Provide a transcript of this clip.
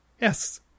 Yes